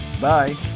Bye